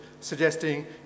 suggesting